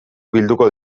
bilduko